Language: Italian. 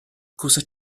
cosa